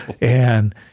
And-